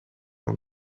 own